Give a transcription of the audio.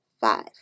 five